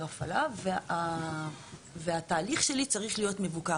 הפעלה והתהליך שלי צריך להיות מבוקר.